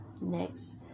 next